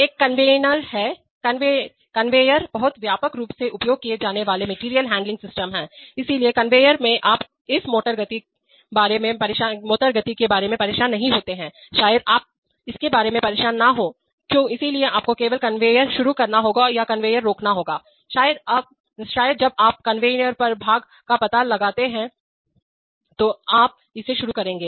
एक कन्वेयर है कन्वेयर बहुत व्यापक रूप से उपयोग किए जाने वाले मेटेरियल हैंडलिंग सिस्टम हैं इसलिए कन्वेयर में आप इस मोटर गति बारे में परेशान नहीं होते हैं शायद आप इसके बारे में परेशान न हों इसलिए आपको केवल कन्वेयर शुरू करना होगा या कन्वेयर रोकना होगा शायद जब आप कन्वेयर पर भाग का पता लगाते हैं तो आप इसे शुरू करेंगे